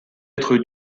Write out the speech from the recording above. être